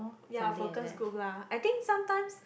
ya focus group lah I think sometimes